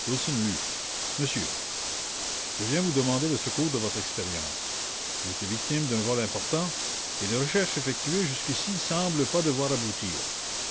monsieur je viens vous demander le secours de votre expérience j'ai été victime d'un vol important et les recherches effectuées jusqu'ici ne semblent pas devoir aboutir